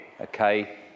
Okay